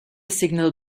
signal